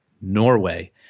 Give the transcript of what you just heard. norway